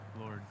Lord